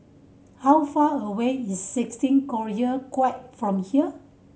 how far away is sixteen Collyer Quay from here